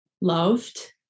loved